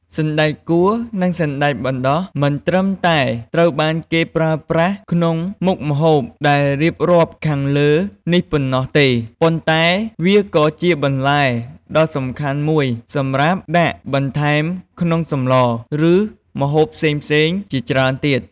សណ្តែកគួរ និងសណ្តែកបណ្តុះ មិនត្រឹមតែត្រូវបានគេប្រើប្រាស់ក្នុងមុខម្ហូបដែលរៀបរាប់ខាងលើនេះប៉ុណ្ណោះទេ ប៉ុន្តែវាក៏ជាបន្លែដ៏សំខាន់មួយសម្រាប់ដាក់បន្ថែមក្នុងសម្ល ឬម្ហូបផ្សេងៗជាច្រើនទៀត។